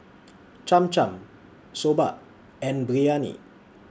Cham Cham Soba and Biryani